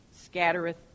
scattereth